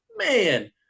Man